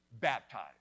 baptized